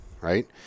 right